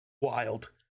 wild